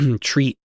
treat